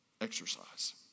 exercise